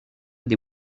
des